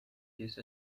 these